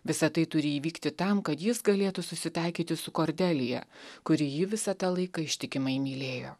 visa tai turi įvykti tam kad jis galėtų susitaikyti su kordelija kuri jį visą tą laiką ištikimai mylėjo